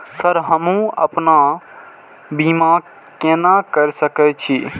Sir हमू अपना बीमा केना कर सके छी?